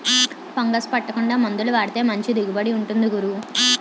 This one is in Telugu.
ఫంగస్ పట్టకుండా మందులు వాడితే మంచి దిగుబడి ఉంటుంది గురూ